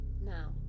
Now